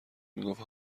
میگفت